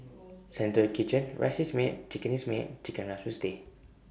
central kitchen rice is made chicken is made Chicken Rice will stay